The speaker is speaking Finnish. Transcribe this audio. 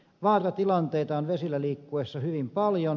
vaaratilanteita on vesillä liikkuessa hyvin paljon